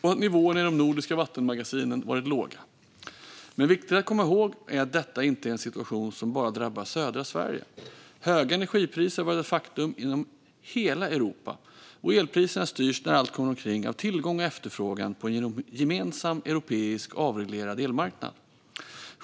och att nivåerna i de nordiska vattenmagasinen varit låga. Men det är viktigt att komma ihåg att detta inte är en situation som bara drabbar södra Sverige. Höga energipriser har varit ett faktum i hela Europa, och elpriserna styrs, när allt kommer omkring, av tillgång och efterfrågan på en gemensam europeisk avreglerad elmarknad.